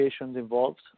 involved